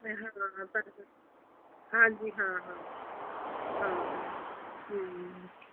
ਹਾਂ ਤਾਂ ਹਾਂਜੀ ਹਾਂ ਹਾਂ ਹਾਂ